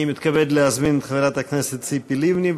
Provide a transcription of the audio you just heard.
אני מתכבד להזמין את חברת הכנסת ציפי לבני,